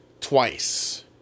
twice